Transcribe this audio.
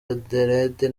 adelaide